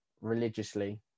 religiously